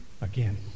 again